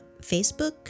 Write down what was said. Facebook